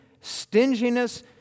stinginess